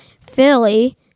Philly